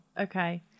Okay